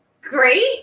great